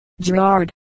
Gerard